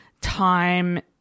time